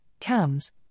CAMs